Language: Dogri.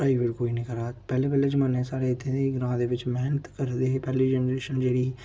प्राइवेट कोई नी करा दा पैह्ले पैह्ले जमानें साढ़ै इत्थें दी ग्रांऽ दे बिच्च मैह्नत करा दे हे पैह्ली जनरेशन जेह्ड़ी ही